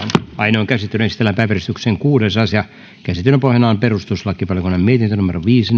ainoaan käsittelyyn esitellään päiväjärjestyksen kuudes asia käsittelyn pohjana on perustuslakivaliokunnan mietintö viisi